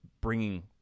bringing